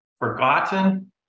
forgotten